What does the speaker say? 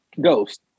Ghost